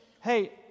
hey